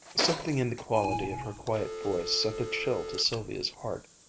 something in the quality of her quiet voice sent a chill to sylvia's heart.